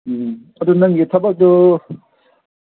ꯎꯝ ꯑꯗꯨ ꯅꯪꯒꯤ ꯊꯕꯛꯇꯨ